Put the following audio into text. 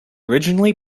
originally